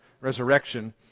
resurrection